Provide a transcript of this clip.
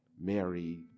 Mary